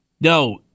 no